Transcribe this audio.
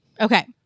Okay